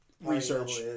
research